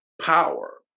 power